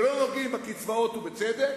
ולא נוגעים בקצבאות, ובצדק.